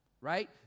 right